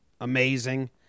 amazing